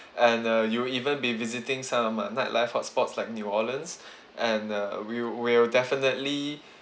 and uh you'll even be visiting some uh nightlife hotspots like new orleans and uh we'll we'll definitely